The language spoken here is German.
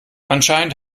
anscheinend